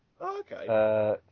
Okay